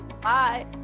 Bye